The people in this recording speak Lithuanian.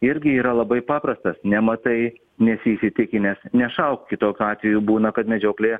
irgi yra labai paprastas nematai nesi įsitikinęs nešauk kitokiu atveju būna kad medžioklėje